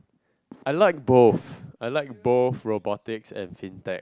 I like both I like both robotics and Fintech